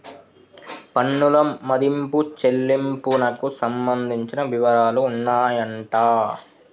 పన్నుల మదింపు చెల్లింపునకు సంబంధించిన వివరాలు ఉన్నాయంట